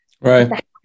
Right